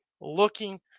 looking